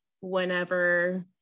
whenever